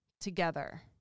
together